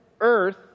earth